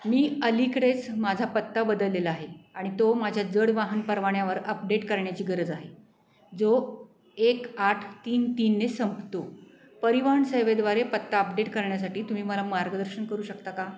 मी अलीकडेच माझा पत्ता बदललेला आहे आणि तो माझ्या जडवाहन परवान्यावर अपडेट करण्याची गरज आहे जो एक आठ तीन तीनने संपतो परिवहन सेवेद्वारे पत्ता अपडेट करण्यासाठी तुम्ही मला मार्गदर्शन करू शकता का